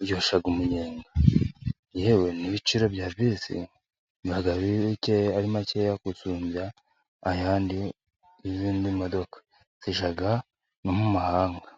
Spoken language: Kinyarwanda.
iryoshya umunyenga ,yewe n'ibiciro bya bisi aba ari makeya gusumbya ayandi y'izindi modoka zijya no mahanga.